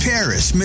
Paris